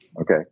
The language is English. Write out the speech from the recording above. Okay